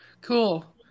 Cool